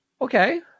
Okay